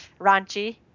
raunchy